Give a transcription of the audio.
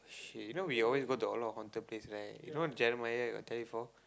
shit you know we always go to a lot of haunted place right you know Jeremiah got tell you before